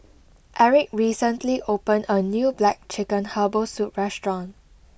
Eric recently opened a new Black Chicken Herbal Soup restaurant